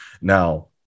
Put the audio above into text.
Now